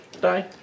Die